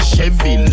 Chevy